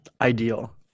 ideal